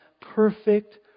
perfect